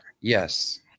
Yes